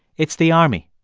it's the army.